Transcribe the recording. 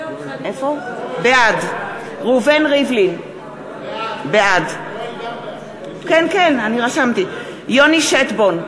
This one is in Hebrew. בעד ראובן ריבלין, בעד יוני שטבון,